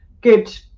good